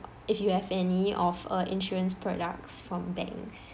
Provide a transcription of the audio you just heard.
if you have any of uh insurance products from banks